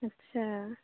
अच्छा